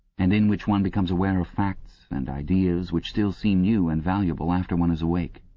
and in which one becomes aware of facts and ideas which still seem new and valuable after one is awake.